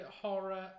horror